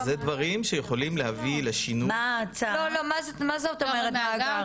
זה דברים שיכולים להביא לשינוי--- מה זאת אומרת מאגר?